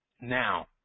now